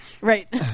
Right